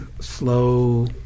slow